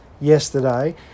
yesterday